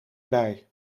bij